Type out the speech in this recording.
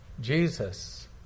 Jesus